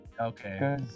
okay